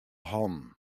hannen